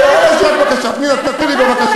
יש לי רק בקשה: פנינה, תני לי בבקשה.